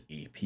AP